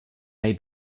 may